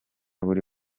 buri